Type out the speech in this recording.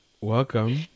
Welcome